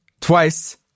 twice